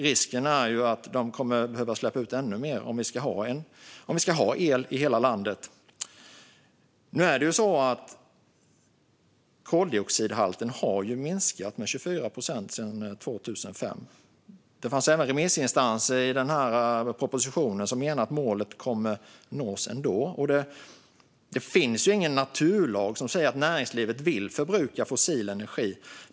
Risken är att man kommer att behöva släppa ut ännu mer om vi ska ha el i hela landet. Nu är det ju så att koldioxidhalten har minskat med 24 procent sedan 2005. Det finns remissinstanser i propositionen som menar att målet kommer att nås ändå. Och det finns ingen naturlag som säger att näringslivet vill förbruka fossil energi.